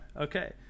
Okay